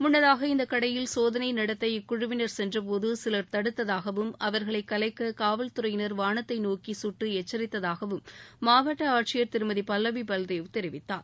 முன்னதாக இந்தக் கடையில் சோதனை நடத்த இக்குழுவினர் சென்றபோது சிலர் தடுத்ததாகவும் அவர்களை களைக்க காவல்துறையினர் வானத்தை நோக்கி கட்டு எச்சரித்ததாகவும் மாவட்ட ஆட்சியர் திருமதி பல்லவி பல்தேவ் தெரிவித்தார்